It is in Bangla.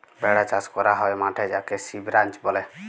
ভেড়া চাস ক্যরা হ্যয় মাঠে যাকে সিপ রাঞ্চ ব্যলে